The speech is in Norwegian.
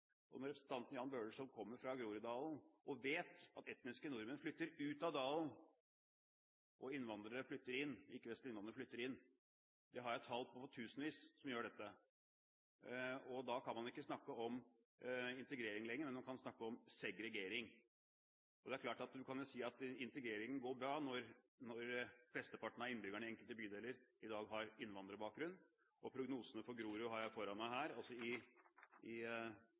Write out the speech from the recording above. Representanten Jan Bøhler som kommer fra Groruddalen, vet at etniske nordmenn flytter ut av dalen, mens ikke-vestlige innvandrere flytter inn. Det er tusenvis som gjør dette. Da kan man ikke snakke om integrering lenger, men man kan snakke om segregering. Det er klart man kan si at integreringen går bra når flesteparten av innbyggerne i enkelte bydeler i dag har innvandrerbakgrunn. Og prognosene for Grorud har jeg foran meg her. I 2025 vil det være 80 pst. innvandrere i